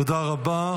תודה רבה.